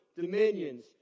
dominions